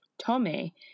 Tommy